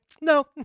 no